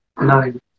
nine